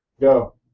Go